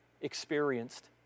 experienced